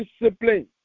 discipline